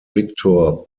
victor